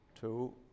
two